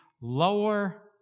lower